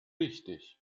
wichtig